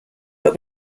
but